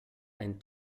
ein